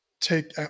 take